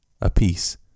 apiece